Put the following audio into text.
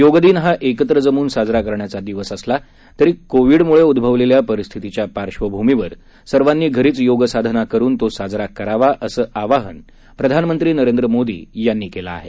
योग दिन हा एकत्र जमून साजरा करण्याचा दिवस असला तरी कोविडमुळे उदभवलेल्या परिस्थितीच्या पार्श्वभूमीवर सर्वांनी घरीच योगसाधना करुन तो साजरा करावा असं आवाहन प्रधानमंत्री नरेंद्र मोदी यांनी केलं आहे